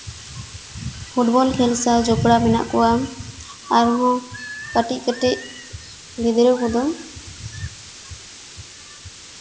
football ᱠᱷᱮᱞ ᱥᱟᱶ ᱡᱚᱯᱚᱲᱟᱣ ᱢᱮᱱᱟᱜ ᱠᱚᱣᱟ ᱟᱨᱦᱚᱸ ᱠᱟᱹᱴᱤᱡ ᱠᱟᱹᱴᱤᱡ ᱜᱤᱫᱽᱨᱟᱹ ᱠᱚᱫᱚ